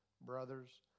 brothers